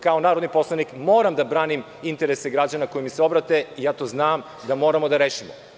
Kao narodni poslanik moram da branim interese građana koji mi se obrate i ja to znam da moramo da rešimo.